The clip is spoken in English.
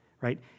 right